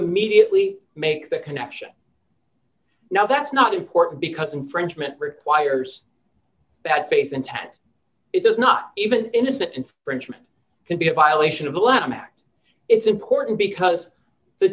immediately make the connection now that's not important because infringement requires bad faith intent it does not even innocent infringement can be a violation of the atom act it's important because the